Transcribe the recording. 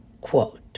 quote